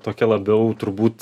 tokia labiau turbūt